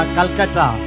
Calcutta